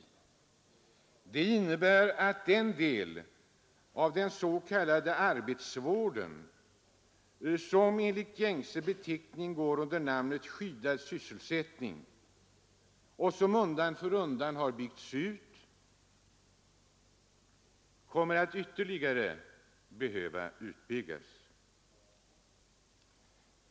Det innebär att den del av den s.k. arbetsvården som enligt gängse beteckning går under namnet skyddad sysselsättning och som undan för undan byggts ut under senare år kommer att ytterligare utbyggas.